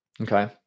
Okay